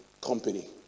company